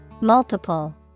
Multiple